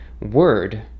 word